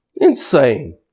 insane